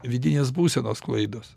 vidinės būsenos klaidos